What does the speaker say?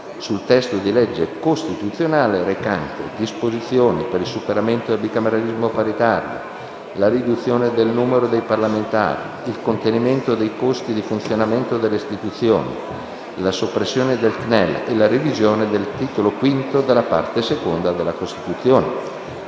sul testo di legge costituzionale recante «Disposizioni per il superamento del bicameralismo paritario, la riduzione del numero dei parlamentari, il contenimento dei costi di funzionamento delle istituzioni, la soppressione del CNEL e la revisione del Titolo V della parte II della Costituzione»,